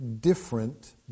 different